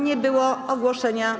Nie było ogłoszenia.